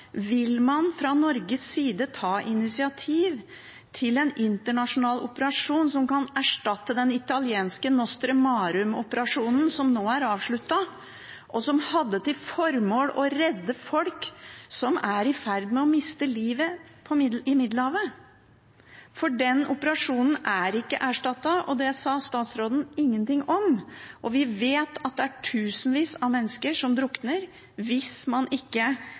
man fra Norges side vil ta initiativ til en internasjonal operasjon som kan erstatte den italienske Mare Nostrum-operasjonen, som nå er avsluttet, og som hadde til formål å redde folk som var i ferd med å miste livet i Middelhavet. Den operasjonen er ikke erstattet. Det sa statsråden ingenting om, og vi vet at det er tusenvis av mennesker som drukner hvis man ikke